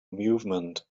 movement